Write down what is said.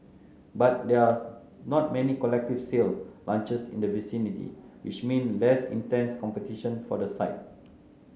but there are not many collective sale launches in the vicinity which means less intense competition for the site